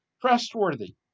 trustworthy